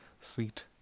sweet